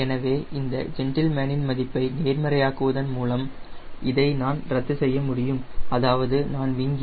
எனவே இந்த ஜென்டில்மேன் இன் மதிப்பை நேர்மறையாக்குவதன் மூலம் இதை நான் ரத்து செய்ய முடியும் அதாவது நான் விங்கின் a